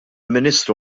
ministru